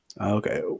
okay